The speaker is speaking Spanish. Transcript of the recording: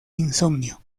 insomnio